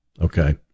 Okay